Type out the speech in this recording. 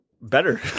better